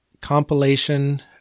compilation